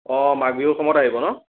অ' মাঘ বিহুৰ সময়ত আহিব ন